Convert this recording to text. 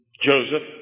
Joseph